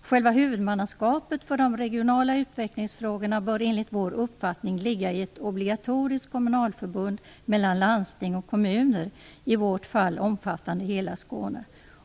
Själva huvudmannaskapet för de regionala utvecklingsfrågorna bör enligt vår uppfattning ligga i ett obligatoriskt kommunalförbund mellan landsting och kommuner, i vårt fall omfattande hela Skåne.